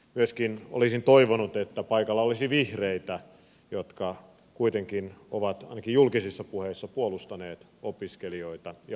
myöskin olisin toivonut että paikalla olisi vihreitä jotka kuitenkin ovat ainakin julkisissa puheissa puolustaneet opiskelijoita ja opintotukea